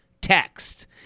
text